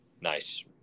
Nice